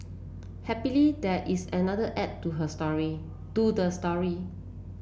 happily there is another act to her story to the story